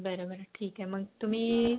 बरं बरं ठीक आहे मग तुम्ही